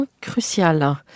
crucial